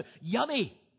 yummy